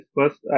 First